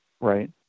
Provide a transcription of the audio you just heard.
right